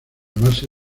base